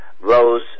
rose